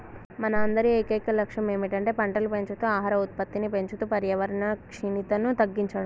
మన అందరి ఏకైక లక్షణం ఏమిటంటే పంటలు పెంచుతూ ఆహార ఉత్పత్తిని పెంచుతూ పర్యావరణ క్షీణతను తగ్గించడం